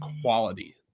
quality